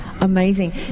Amazing